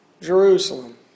Jerusalem